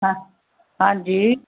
हंजी